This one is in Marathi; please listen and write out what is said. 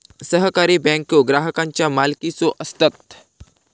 सहकारी बँको ग्राहकांच्या मालकीचे असतत